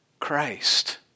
Christ